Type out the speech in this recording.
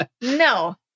No